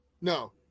No